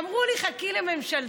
אמרו לי: חכי לממשלתית.